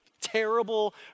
terrible